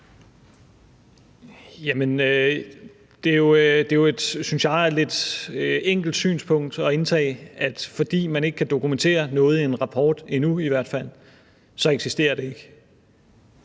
et lidt enkelt synspunkt at indtage, at fordi man ikke kan dokumentere noget i en rapport, endnu, i hvert fald, så eksisterer det ikke.